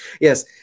Yes